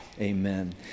amen